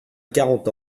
quarante